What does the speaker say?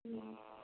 हुँ